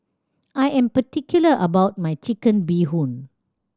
I am particular about my Chicken Bee Hoon